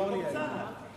במקום צה"ל.